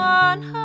one